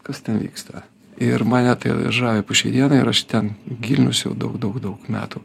kas ten vyksta ir mane tai žavi po šiai dienai ir aš ten gilinusi jau daug daug daug metų